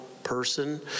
person